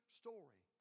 story